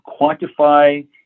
quantify